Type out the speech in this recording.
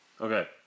Okay